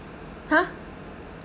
!huh!